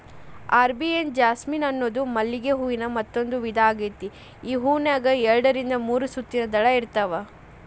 Arabian jasmine ಅನ್ನೋದು ಮಲ್ಲಿಗೆ ಹೂವಿನ ಮತ್ತಂದೂ ವಿಧಾ ಆಗೇತಿ, ಈ ಹೂನ್ಯಾಗ ಎರಡರಿಂದ ಮೂರು ಸುತ್ತಿನ ದಳ ಇರ್ತಾವ